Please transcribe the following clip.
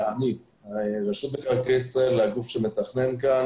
אכן רשות מקרקעי ישראל, הגוף שמתכנן כאן.